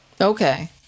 Okay